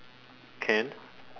can